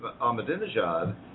Ahmadinejad